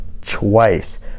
twice